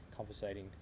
conversating